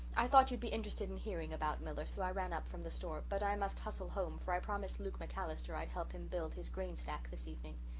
i thought you'd be interested in hearing about miller so i ran up from the store, but i must hustle home for i promised luke macallister i'd help him build his grain stack this evening.